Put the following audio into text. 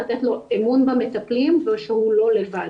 לתת לו אמון במטפלים ושהוא לא לבד.